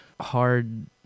hard